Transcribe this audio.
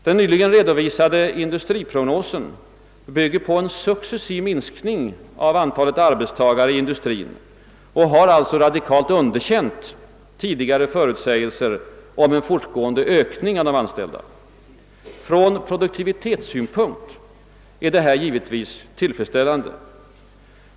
Den nyligen redovisade industriprognosen bygger på en successiv minskning av antalet arbetstagare i industrin och har alltså radikalt underkänt tidi gare förutsägelser om en fortgående ökning av antalet anställda. Från produktivitetssynpunkt är detta givetvis tillfredsställande.